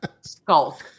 skulk